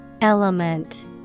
Element